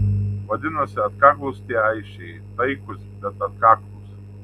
vadinasi atkaklūs tie aisčiai taikūs bet atkaklūs